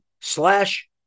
slash